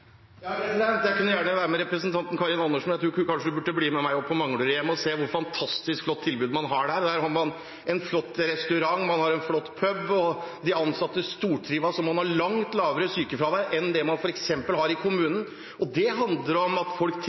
Jeg kan gjerne være med representanten Karin Andersen, og jeg tror hun kanskje kunne bli med meg på Manglerudhjemmet og se hvor fantastisk flott tilbud man har der. Der har man en flott restaurant, man har en flott pub, de ansatte stortrives, og man har langt lavere sykefravær enn det man har f.eks. i kommunen. Det handler om at folk